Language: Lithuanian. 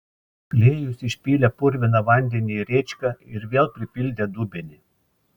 klėjus išpylė purviną vandenį į rėčką ir vėl pripildė dubenį